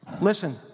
Listen